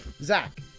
zach